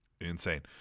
Insane